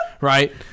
right